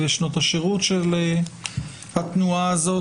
ושנות השירות של התנועה הזאת.